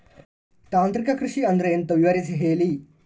ತಾಂತ್ರಿಕ ಕೃಷಿ ಅಂದ್ರೆ ಎಂತ ವಿವರಿಸಿ ಹೇಳಿ